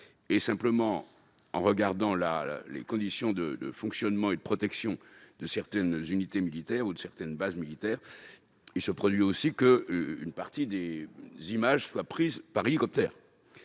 Cédric Perrin. En examinant les conditions de fonctionnement et de protection de certaines unités militaires ou de certaines bases militaires, on note cependant qu'une partie des images sont prises par hélicoptère.